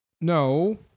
No